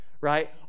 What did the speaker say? right